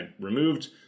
removed